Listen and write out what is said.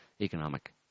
economic